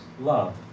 love